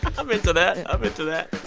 but i'm into that. i'm into that.